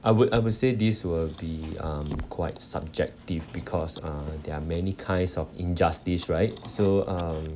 I would I would say this will be um quite subjective because uh there are many kinds of injustice right so uh